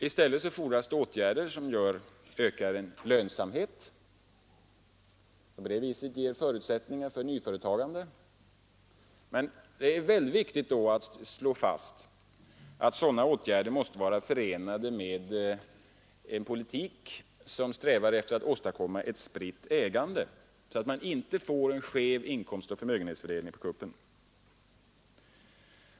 I stället fordras det åtgärder som medför ökad lönsamhet, vilken ger förutsättningar för ett nyföretagande. Men det är då viktigt att slå fast att sådana åtgärder måste vara förenade med en politik, som strävar efter att åstadkomma ett spritt ägande, så att man inte får en skev inkomstoch förmögenhetsfördelning.